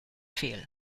fehl